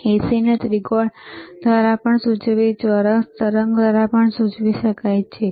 આપણે AC ને ત્રિકોણ દ્વારા અથવા ચોરસ તરંગ દ્વારા પણ સૂચવી શકીએ છીએ